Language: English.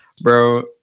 bro